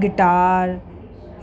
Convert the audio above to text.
guitar